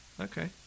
okay